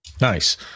Nice